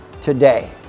today